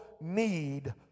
need